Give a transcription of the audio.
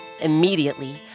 Immediately